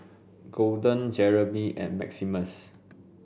Golden Jereme and Maximus